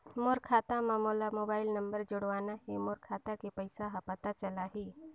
मोर खाता मां मोला मोबाइल नंबर जोड़वाना हे मोर खाता के पइसा ह पता चलाही?